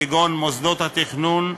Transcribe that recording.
כגון מוסדות התכנון,